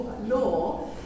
law